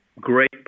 great